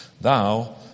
thou